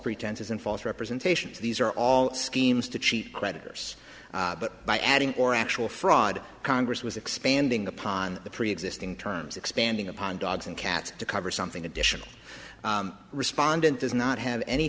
pretenses and false representations these are all schemes to cheat creditors but by adding or actual fraud congress was expanding upon the preexisting terms expanding upon dogs and cats to cover something additional respondent does not have any